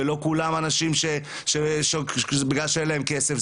זה לא לאנשים שאין להם כסף,